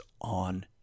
on